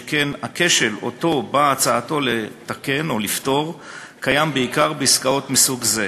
שכן הכשל שאותו באה הצעתו לתקן או לפתור קיים בעיקר בעסקאות מסוג זה.